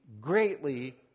greatly